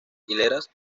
hileras